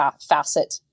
facet